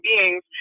beings